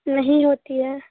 नहीं होती है